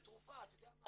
אתה יודע מה,